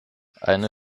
eine